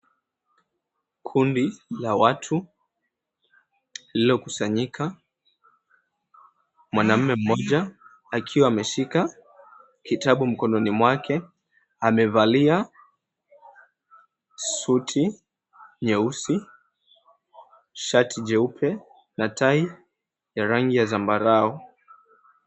Kundi ya watu iliyokusanyika. Mwanaume mmoja akiwa ameshika kitabu mkononi mwake amevalia suti nyeusi, shati jeupe na tai ya rangi ya zambarau.